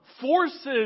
forces